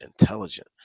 intelligent